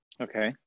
Okay